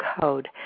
code